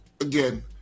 again